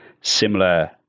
similar